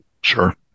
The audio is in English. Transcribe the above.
Sure